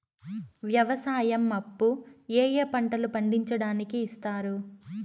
వ్యవసాయం అప్పు ఏ ఏ పంటలు పండించడానికి ఇస్తారు?